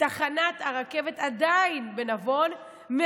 תחנת הרכבת נבון עדיין מפוצצת.